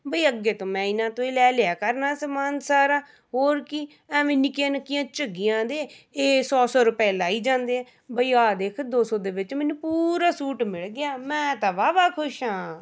ਬਈ ਅੱਗੇ ਤੋਂ ਮੈਂ ਇਹਨਾਂ ਤੋ ਹੀ ਲੈ ਲਿਆ ਕਰਨਾ ਸਮਾਨ ਸਾਰਾ ਹੋਰ ਕੀ ਇਵੇਂ ਨਿੱਕੀਆਂ ਨਿੱਕੀਆਂ ਝੱਗੀਆ ਦੇ ਇਹ ਸੌ ਸੌ ਰੁਪਏ ਲਾਈ ਜਾਂਦੇ ਆ ਬਈ ਇਹ ਦੇਖ ਦੋ ਸੌ ਦੇ ਵਿੱਚ ਮੈਨੂੰ ਪੂਰਾ ਸੂਟ ਮਿਲ ਗਿਆ ਮੈਂ ਤਾਂ ਵਾਵਾ ਖੁਸ਼ ਹਾਂ